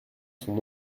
sont